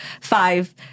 five